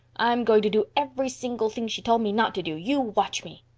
i'm going to do every single thing she told me not to do. you watch me.